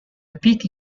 pity